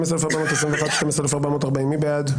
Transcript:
12,361 עד 12,380, מי בעד?